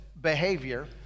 behavior